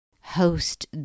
host